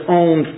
own